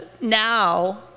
now